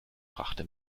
brachte